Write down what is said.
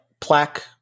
plaque